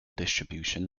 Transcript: distribution